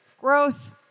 growth